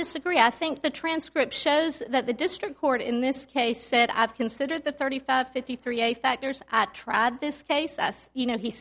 disagree i think the transcript shows that the district court in this case said i've considered the thirty five fifty three a factors trad this case us you know he